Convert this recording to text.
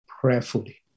prayerfully